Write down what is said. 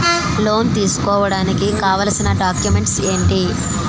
Loan తీసుకోడానికి కావాల్సిన documents ఎంటి?